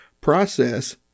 process